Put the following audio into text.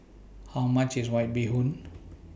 How much IS White Bee Hoon